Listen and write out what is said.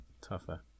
tougher